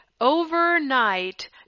overnight